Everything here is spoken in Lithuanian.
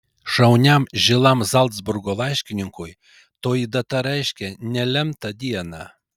šauniam žilam zalcburgo laiškininkui toji data reiškė nelemtą dieną